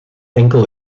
enkel